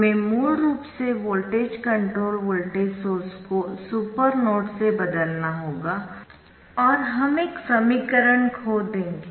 हमें मूल रूप से वोल्टेजकंट्रोल्ड वोल्टेज सोर्स को सुपर नोड से बदलना होगा और हम एक समीकरण खो देंगे